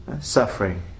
suffering